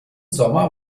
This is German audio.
sommer